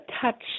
touch